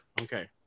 Okay